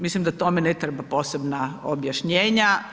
Mislim da to me ne treba posebna objašnjenja.